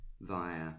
via